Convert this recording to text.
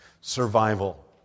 survival